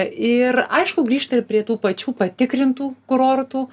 ir aišku grįžta ir prie tų pačių patikrintų kurortų